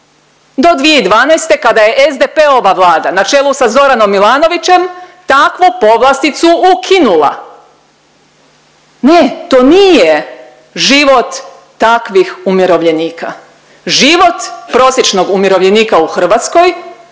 do 2012. kada je SDP-ova Vlada na čelu sa Zoranom Milanovićem takvu povlasticu ukinula, ne to nije život takvih umirovljenika. Život prosječnog umirovljenika u Hrvatskoj